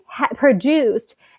produced